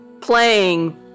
playing